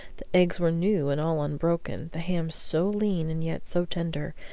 the eggs were new and all unbroken, the ham so lean and yet so tender,